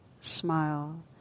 smile